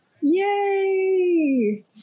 yay